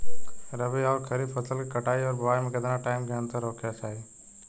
रबी आउर खरीफ फसल के कटाई और बोआई मे केतना टाइम के अंतर होखे के चाही?